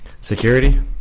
Security